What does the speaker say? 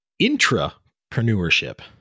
intrapreneurship